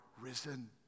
risen